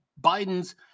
Biden's